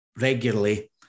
regularly